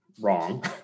wrong